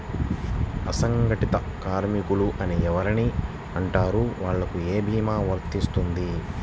అసంగటిత కార్మికులు అని ఎవరిని అంటారు? వాళ్లకు ఏ భీమా వర్తించుతుంది?